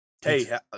Hey